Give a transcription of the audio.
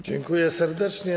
Dziękuję serdecznie.